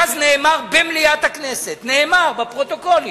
ואז נאמר, במליאת הכנסת, נאמר בפרוטוקולים,